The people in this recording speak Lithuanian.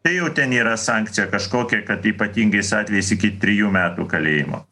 tai jau ten yra sankcija kažkokia kad ypatingais atvejais iki trijų metų kalėjimo